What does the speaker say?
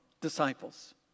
disciples